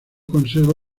conserva